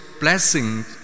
blessing